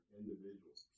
individuals